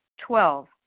Twelve